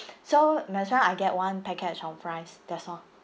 so might as well get one packet of rice that's all